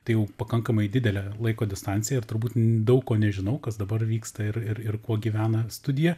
tai jau pakankamai didelė laiko distancija ir turbūt daug ko nežinau kas dabar vyksta ir ir ir kuo gyvena studija